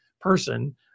person